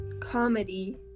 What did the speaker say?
comedy